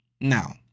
Now